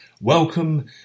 Welcome